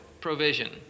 provision